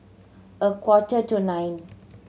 a quarter to nine